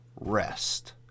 Rest